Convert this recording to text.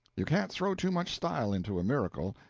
you can't throw too much style into a miracle.